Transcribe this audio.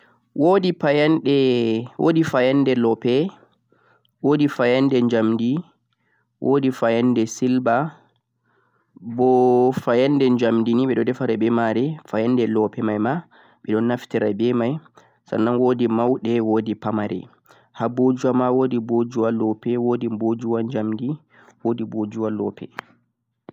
woodi pa yande woodi payande loopei woodi payande jamni woodi payande silba booh payende jamdini o'dhum deffei dimarei payende loopei manei o'dhum naftere memei sannan woodi maude woodi pamarei habuuja ma woodi buujawa loopei woodi buujawa jamdi woodi buujawa loopei.